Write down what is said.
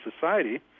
society